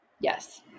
Yes